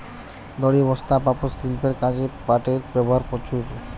দড়ি, বস্তা, পাপোষ, শিল্পের কাজে পাটের ব্যবহার প্রচুর